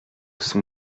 son